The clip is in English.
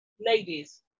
ladies